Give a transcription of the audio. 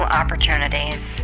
opportunities